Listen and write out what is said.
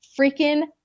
freaking